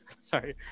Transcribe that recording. sorry